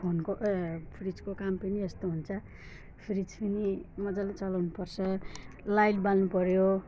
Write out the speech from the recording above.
फोनको ए फ्रिजको काम पनि यस्तो हुन्छ फ्रिज पनि मजाले चलाउनुपर्छ लाइट बाल्नुपऱ्यो